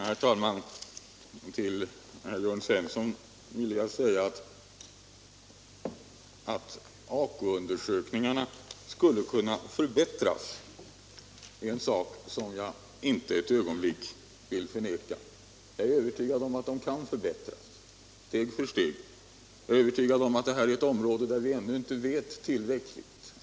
Herr talman! Till herr Jörn Svensson vill jag säga att AKU-undersökningarna skulle kunna förbättras. Det är en sak som jag inte ett ögonblick vill förneka. Jag är övertygad om att de kan förbättras steg för steg. Jag är övertygad om att detta är ett område där vi ännu inte vet tillräckligt.